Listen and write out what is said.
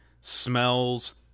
smells